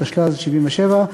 התשל"ז 1977,